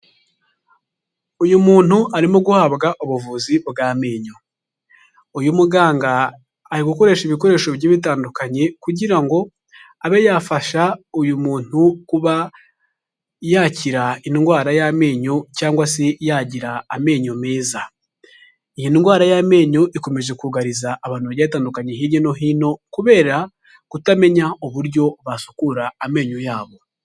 Uyu muntu arimo guhabwa ubuvuzi bw'amenyo. Uyu muganga ari gukoresha ibikoresho bigiye bitandukanye kugira ngo abe yafasha uyu muntu kuba yakira indwara y'amenyo cyangwa se yagira amenyo meza. Iyi ndwara y'amenyo ikomeje kugariza abantu bagiye batandukanye hirya no hino, kubera kutamenya uburyo basukura amenyo yabo.